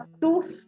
two